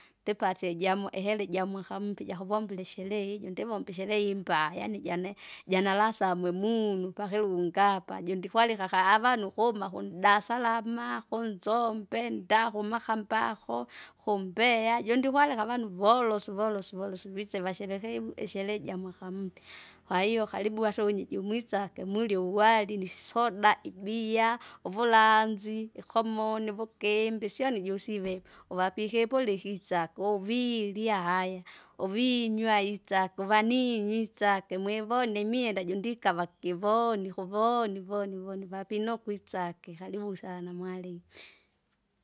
Ndipate ijamo ihera ijamwaka mpya jakuvombira isherehe ijo ndivomba isherehe imbaa yaani jane, janalasa mwemunu pakilungapa jondikwalika aka avana ukuma kun- dasalama! kunzombe ndaa kumakambako, kumbeya jondikwaluke avana uvolosu volosu volosu vise vasherekeivu ishere jamwaka mpya. Kwahiyo karibu ata wenyeji mwisake murye uwari nisoda, ibia, uvulanzi, ikomoni, uvugimbi syoni jusivika, uvapikipuli kitsake uvirya haya, uvinywa itsake uvaninyi isake mwivone imienda jundikava kivoni kuvoni voni voni voni vanikoni kwitsake karibu sana mwalimi.